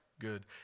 Good